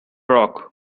rock